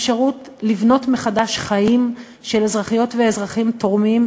אפשרות לבנות מחדש חיים של אזרחיות ואזרחים תורמים,